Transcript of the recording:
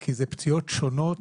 כי אלה פציעות שונות